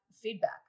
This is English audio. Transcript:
feedback